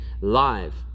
live